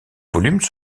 volumes